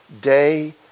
day